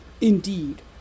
Indeed